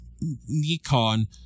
Nikon